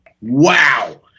Wow